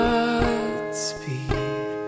Godspeed